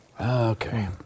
Okay